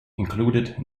included